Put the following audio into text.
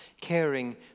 caring